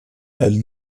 elle